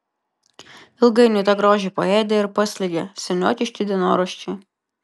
ilgainiui tą grožį paėdė ir paslėgė seniokiški dienoraščiai